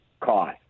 cost